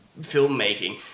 filmmaking